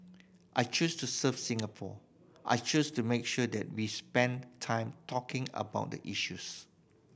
I chose to serve Singapore I chose to make sure that we spend time talking about the issues